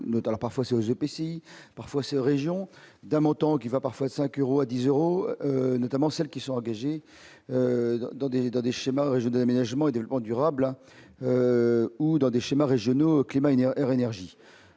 parfois c'est aux EPCI parfois c'est région d'un montant qui va parfois 5 euros à 10 euros, notamment celles qui sont engagées dans des données schéma régional, aménagement et développement durable ou dans des schémas régionaux climat-énergie